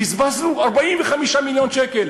בזבזנו 45 מיליון שקל.